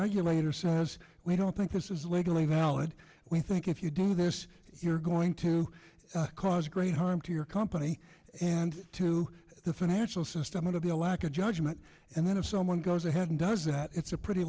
regulator says we don't think this is legally valid we think if you do this you're going to cause great harm to your company and to the financial system going to be a lack of judgment and then if someone goes ahead and does that it's a pretty